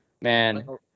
man